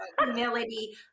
humility